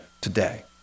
today